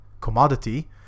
commodity